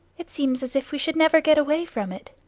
it seems as if we should never get away from it.